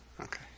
Okay